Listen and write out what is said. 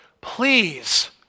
Please